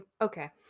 okay